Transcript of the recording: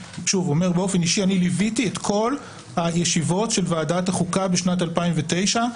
באופן אישי ליוויתי את כל הישיבות של ועדת החוקה בשנת 2009,